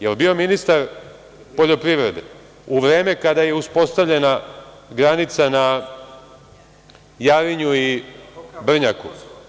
Da li je bio ministar poljoprivrede u vreme kada je uspostavljena granica na Jarinju i Brnjaku?